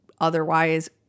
otherwise